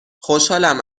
خوشحالم